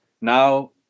now